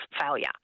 failure